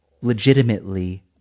legitimately